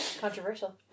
Controversial